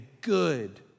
good